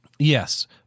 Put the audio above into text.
Yes